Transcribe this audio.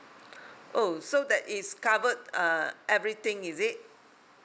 oh so that is covered uh everything is it